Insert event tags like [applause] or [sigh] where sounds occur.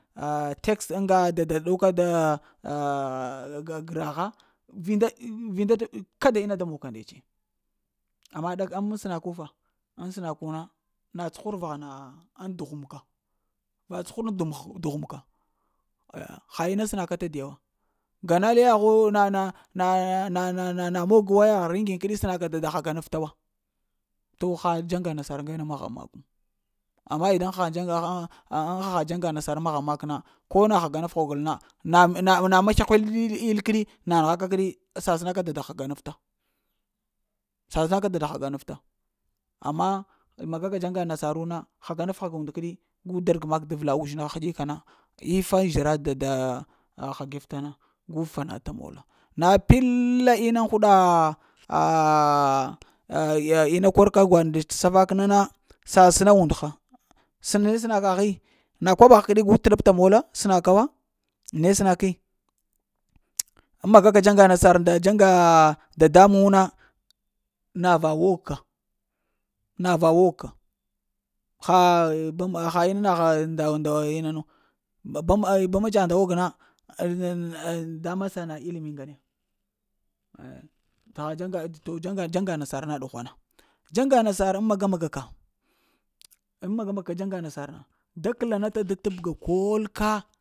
[hesitation] text ŋga dada ɗow ka daa [hesitation] g’ gragha vindaa, vinda t’ kada ina da mog ka ndets, ama ɗaka na am sənakufa ŋ sənakuna na tsuhura vaghana ŋdughum ka, va tsuhura ŋ dughu dughum ka ha ina sənaka ta dewo, ga nal yaghwo na-na nah-na-na-na na mog wayagh riŋgi kədi sənən ka dada haga nafta wo. To ha dzaŋga nsar ŋgana mahghaŋ mak wo, amm idaŋ vita ŋ haha dzaŋga nasar maghaŋ mak na, ko na haganaf hogol na na-na na maslaa hweɗ ill kəɗi na nəgha ka kəɗi sasəna ka dada ghəga nafta, sasəna ka dada ghəga nafta. Amma maga ka dzaŋga nasaru na həga naf həga und kəɗi gu da rəg mak da vla uzhinha həkyeka na iffa zhira dada ghəgifta na gu fana ta molo na piəlaa inaa huɗaa [hesitation] ina kor ka gwaɗ ndets t'safak na na sasəna und ha, sa ne səna kaghi, na koɓagh kəɗi gu toɗa pta məla səna ka wa ne sənaki [hesitation] ŋ magaka chaŋga nasar nda dada muŋ wu na na va ogka, na va wog ka haa dam ha inaha nda nda ina nu mban mban-mban ciyagh nda wog na dama sana illim ŋgana ya, to-to dzaŋga nasar na ɗughuna dzaŋga nasar ŋ maga-maga ka, ŋ maga-maga ka dzaŋga nasar da klaana ta da tabga kol ka.